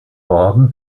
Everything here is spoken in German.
wagen